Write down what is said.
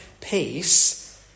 peace